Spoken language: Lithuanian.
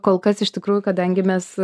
kol kas iš tikrųjų kadangi mes